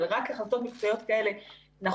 אבל רק החלטות מקצועיות כאלה אנחנו